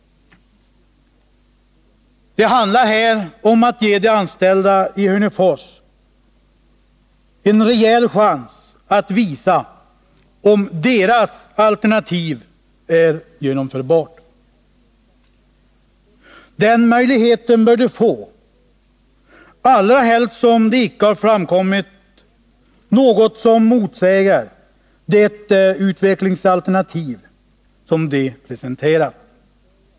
Det handlar här om att ge de anställda i Hörnefors en rejäl chans att visa om deras alternativ är genomförbart. Den möjligheten bör de få, allra helst som det icke har framkommit något som motsäger det utvecklingsalternativ de presenterat.